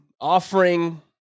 offering